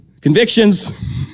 Convictions